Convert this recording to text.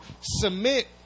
submit